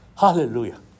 Hallelujah